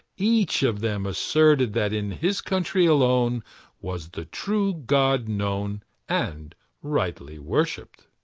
each of them asserted that in his country alone was the true god known and rightly worshipped.